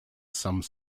some